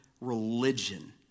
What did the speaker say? religion